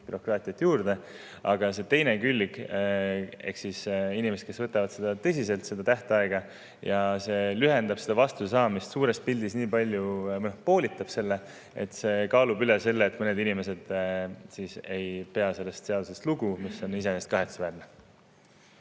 bürokraatiat juurde. Aga see teine külg ehk siis inimesed, kes võtavad tõsiselt seda tähtaega – [nende tegevus] lühendab seda vastuse saamist suures pildis nii palju, poolitab selle, et see kaalub üles selle, et mõned inimesed ei pea sellest seadusest lugu, mis on iseenesest kahetsusväärne.